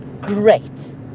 great